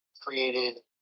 created